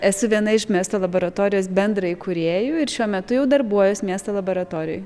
esu viena iš miesto laboratorijos bendraikūrėjų ir šiuo metu jau darbuojuos miesto laboratorijoj